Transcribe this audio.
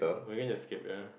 we are gonna escape ya